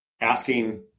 asking